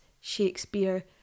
Shakespeare